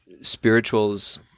spirituals